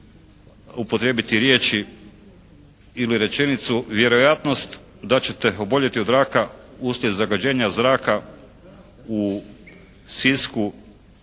upotrijebiti riječi ili rečenicu vjerojatnost da ćete oboljeti od raka uslijed zagađenja zraka u Sisku